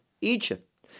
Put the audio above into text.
Egypt